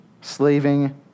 slaving